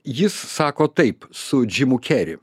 jis sako taip su džimu keri